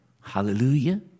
Hallelujah